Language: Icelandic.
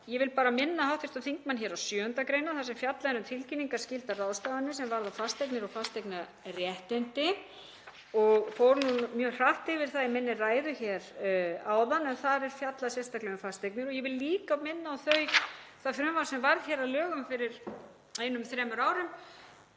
Ég vil bara minna hv. þingmann á 7. gr. þar sem fjallað er um tilkynningarskyldar ráðstafanir sem varða fasteignir og fasteignaréttindi, ég fór nú mjög hratt yfir það í minni ræðu hér áðan, en þar er fjallað sérstaklega um fasteignir. Ég vil líka minna á það frumvarp sem varð að lögum fyrir einum þremur árum